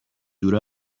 دور